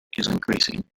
increasing